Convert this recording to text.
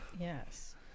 Yes